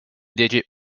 digit